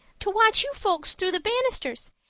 to watch you folks through the bannisters,